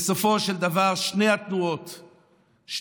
בסופו של דבר שתי התנועות הצליחו.